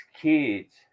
kids